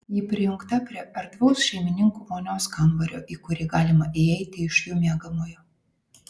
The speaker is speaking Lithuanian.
ji prijungta prie erdvaus šeimininkų vonios kambario į kurį galima įeiti iš jų miegamojo